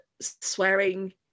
swearing